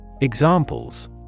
Examples